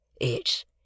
It's